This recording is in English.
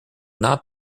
not